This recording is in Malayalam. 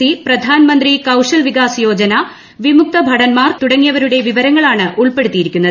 സി പ്രധാൻമന്ത്രി കൌശൽ വികാസ് യോജന വിമുക്തഭടൻമാർ തുടങ്ങിയവരുടെ വിവരങ്ങളാണ് ഉൾപ്പെടുത്തിയിരിക്കുന്നത്